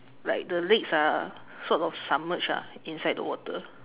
like the legs are sort of submerged ah inside the water